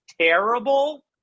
terrible